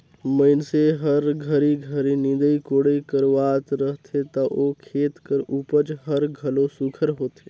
मइनसे हर घरी घरी निंदई कोड़ई करवात रहथे ता ओ खेत कर उपज हर घलो सुग्घर होथे